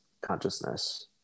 consciousness